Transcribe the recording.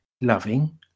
Loving